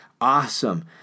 awesome